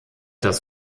das